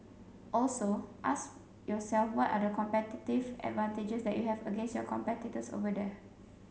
also ask yourself what are the competitive advantages that you have against your competitors over there